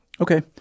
Okay